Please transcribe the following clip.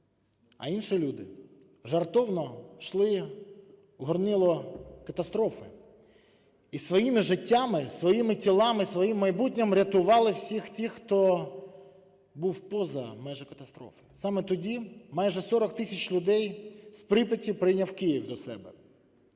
а інші люди жертовно йшли у горнило катастрофи і своїми життями, своїми тілами, своїм майбутнім рятували всіх тих, хто був поза межами катастрофи. Саме тоді майже 40 тисяч людей з Прип'яті прийняв Київ до себе.